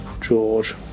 George